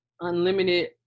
unlimited